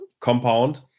Compound